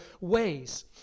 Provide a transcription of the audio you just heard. ways